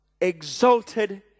exalted